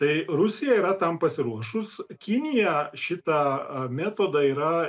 tai rusija yra tam pasiruošus kinija šitą metodą yra